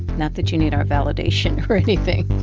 not that you need our validation or anything